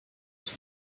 zum